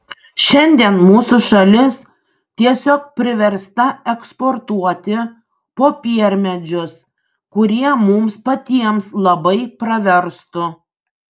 šiandien mūsų šalis tiesiog priversta eksportuoti popiermedžius kurie mums patiems labai praverstų